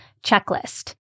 checklist